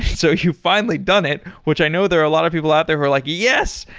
so you finally done it, which i know there are a lot of people out there who are like, yes.